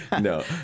No